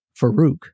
Farouk